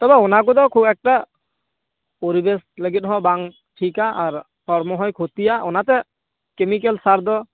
ᱛᱚᱵᱮ ᱚᱱᱟ ᱠᱚᱫᱚ ᱠᱷᱩᱵ ᱮᱠᱴᱟ ᱯᱚᱨᱤᱵᱮᱥ ᱞᱟᱹᱜᱤᱫᱽ ᱦᱚᱸ ᱵᱟᱝ ᱴᱷᱤᱠᱟ ᱟᱨ ᱥᱚᱢᱚᱭ ᱠᱷᱚᱛᱤᱭᱟ ᱚᱱᱟᱛᱮ ᱠᱮᱢᱤᱠᱮᱞ ᱥᱟᱨᱫᱚ